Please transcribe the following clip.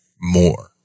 more